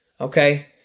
Okay